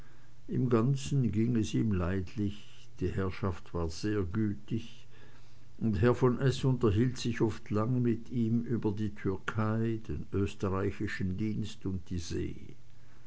im ganzen ging's ihm leidlich die herrschaft war sehr gütig und herr von s unterhielt sich oft lange mit ihm über die türkei den österreichischen dienst und die see